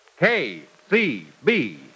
KCB